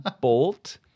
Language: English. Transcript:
Bolt